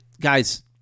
guys